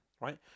right